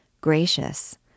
Gracious